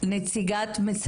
את מכירה את איריס מנדל בן יעקב,